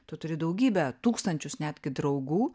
tu turi daugybę tūkstančius netgi draugų